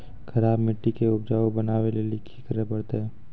खराब मिट्टी के उपजाऊ बनावे लेली की करे परतै?